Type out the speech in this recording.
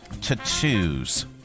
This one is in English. tattoos